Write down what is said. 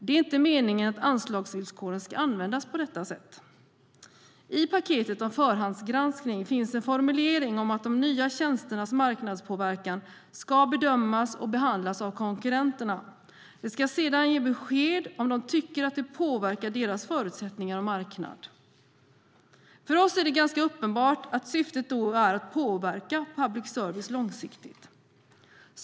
Det är inte meningen att anslagsvillkoren ska användas på detta sätt. I paketet om förhandsgranskning finns en formulering om att de nya tjänsternas marknadspåverkan ska bedömas och behandlas av konkurrenterna. De ska sedan ge besked om de tycker att det påverkar deras förutsättningar och marknad. För oss är det ganska uppenbart att syftet är att påverka public service långsiktigt.